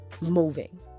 moving